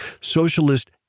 socialist